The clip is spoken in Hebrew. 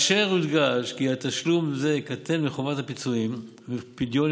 יודגש כי תשלום זה קטן מחובת הפיצויים ופדיון